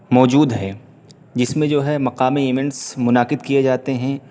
موجود ہے جس میں جو ہے مقامی ایونٹس منعقد کیے جاتے ہیں